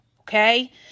Okay